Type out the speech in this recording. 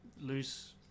loose